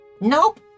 Nope